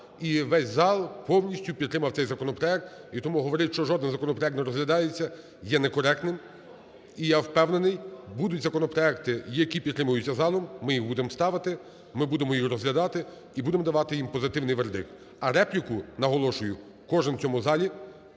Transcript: весь зал повністю підтримав цей законопроект. І тому говорити, що жодний законопроект не розглядається, є некоректним. І я впевнений, будуть законопроекти, які підтримуються залом. Ми їх будемо ставити, ми будемо їх розглядати і будемо давати їм позитивний вердикт. А репліку, наголошую, кожен в цьому залі,